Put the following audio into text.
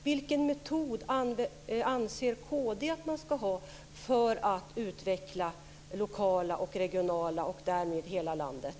Vilken metod anser kd att man ska ha för att utveckla det lokala och regionala och därmed hela landet?